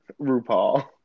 RuPaul